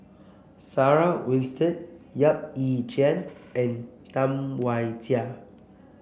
Sarah Winstedt Yap Ee Chian and Tam Wai Jia